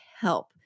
help